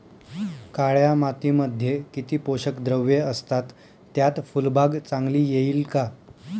काळ्या मातीमध्ये किती पोषक द्रव्ये असतात, त्यात फुलबाग चांगली येईल का?